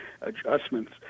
adjustments